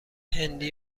هندی